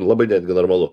labai netgi normalu